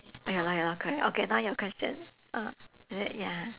ya lor ya lor correct okay now your question uh is it ya